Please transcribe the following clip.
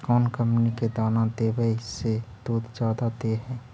कौन कंपनी के दाना देबए से दुध जादा दे है?